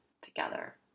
together